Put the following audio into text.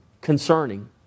concerning